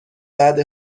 بعد